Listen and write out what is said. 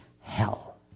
hell